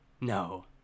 no